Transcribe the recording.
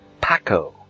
paco